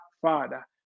Father